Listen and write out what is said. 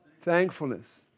Thankfulness